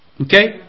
Okay